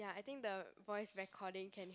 ya I think the voice recording can